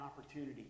opportunity